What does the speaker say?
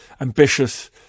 ambitious